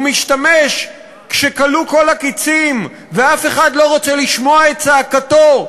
הוא משתמש כשכלו כל הקצים ואף אחד לא רוצה לשמוע את צעקתו.